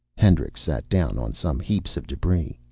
hendricks sat down on some heaps of debris.